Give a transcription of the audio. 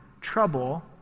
trouble